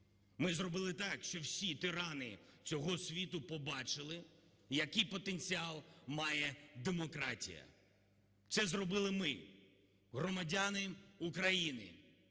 Ми зробили так, що всі тирани цього світу побачили, який потенціал має демократія. Це зробили ми, громадяни України,